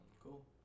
Cool